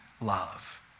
love